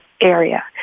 area